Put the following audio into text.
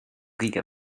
kõige